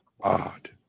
odd